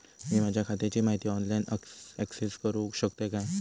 मी माझ्या खात्याची माहिती ऑनलाईन अक्सेस करूक शकतय काय?